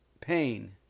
pain